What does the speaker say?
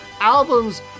albums